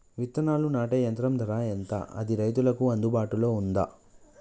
విత్తనాలు నాటే యంత్రం ధర ఎంత అది రైతులకు అందుబాటులో ఉందా?